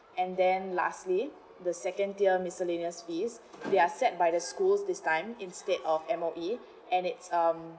and then lastly the second tier miscellaneous fees they are set by the school this time instead of M_O_E and it's um